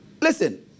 Listen